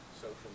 social